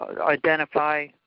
identify